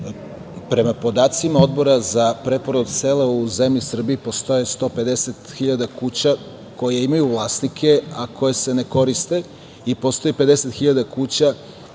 podacima Odbora za preporod sela u zemlji Srbiji postoje 150.000 kuća koje imaju vlasnike, a koje se ne koriste i postoji 50.000 kuća